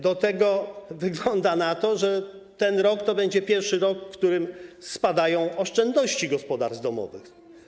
Do tego wygląda na to, że ten rok to będzie pierwszy rok, w którym spadają oszczędności gospodarstw domowych.